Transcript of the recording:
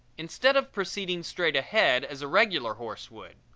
instead of proceeding straight ahead as a regular horse would.